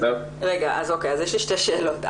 אז יש לי שתי שאלות.